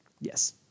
Yes